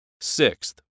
Sixth